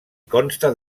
consta